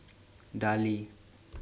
Darlie